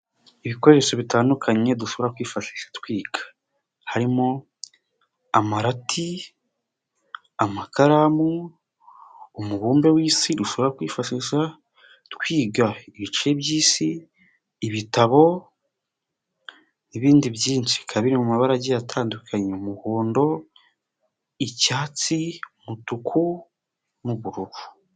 Ibikoresho bitandukanye dushobora kwifashisha twiga harimo amarati, amakaramu, umubumbe w'isi dushobora kwifashisha twiga ibice by'isi, ibitabo, ibindi byinshi bikaba biri mu mabara agiye atandukanye umuhondo, icyatsi, umutuku n'ubururu.